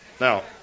Now